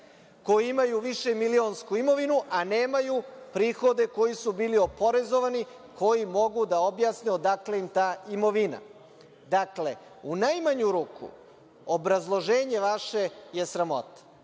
koji imaju višemilionsku imovinu, a nemaju prihode koji su bili oporezovani, koji mogu da objasne odakle im ta imovina. Dakle, u najmanju ruku, vaše obrazloženje je sramota.